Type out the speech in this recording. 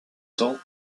temps